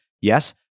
Yes